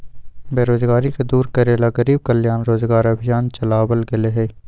बेरोजगारी के दूर करे ला गरीब कल्याण रोजगार अभियान चलावल गेले है